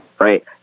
right